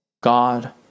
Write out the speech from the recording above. God